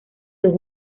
dos